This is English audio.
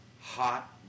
hot